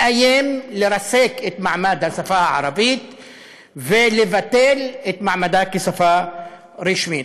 מאיים לרסק את מעמד השפה הערבית ולבטל את מעמדה כשפה רשמית.